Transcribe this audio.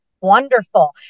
wonderful